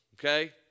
okay